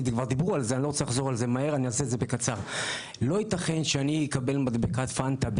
לא ייתכן שאני אצטרך לקבל ארבע או חמש מדבקת פנטה,